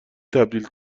تبدیل